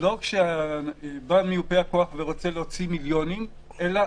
לא כשבא מיופה הכוח ורוצה להוציא מיליונים, אלא